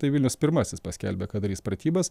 tai vilnius pirmasis paskelbė kad darys pratybas